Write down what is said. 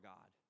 God